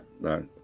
no